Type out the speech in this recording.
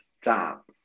Stop